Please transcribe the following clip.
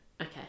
okay